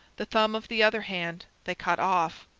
the thumb of the other hand they cut off.